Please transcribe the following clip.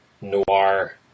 noir